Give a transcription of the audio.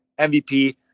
mvp